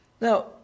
Now